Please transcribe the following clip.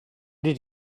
did